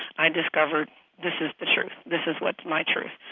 i discovered this is the truth, this is what's my truth.